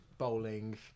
Bowling